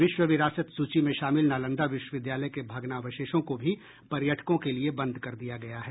विश्व विरासत सूची में शामिल नालंदा विश्वविद्यालय के भग्नावशेषों को भी पर्यटकों के लिए बंद कर दिया गया है